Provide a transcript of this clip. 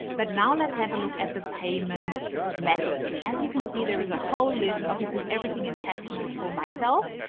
but now let's have a look at the payment methods. as you can see, there is a whole list, obviously everything in test mode for myself,